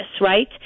right